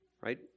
right